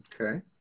Okay